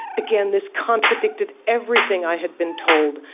again, this contradicted everything i had been told,